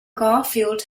garfield